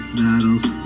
battles